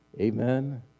Amen